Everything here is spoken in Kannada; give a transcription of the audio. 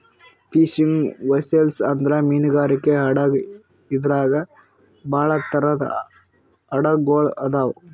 ಫಿಶಿಂಗ್ ವೆಸ್ಸೆಲ್ ಅಂದ್ರ ಮೀನ್ಗಾರಿಕೆ ಹಡಗ್ ಇದ್ರಾಗ್ ಭಾಳ್ ಥರದ್ ಹಡಗ್ ಗೊಳ್ ಅದಾವ್